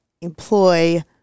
employ